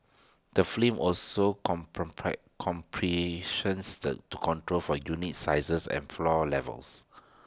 the film also comparisons the control for unit sizes and floor levels